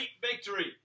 victory